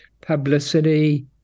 publicity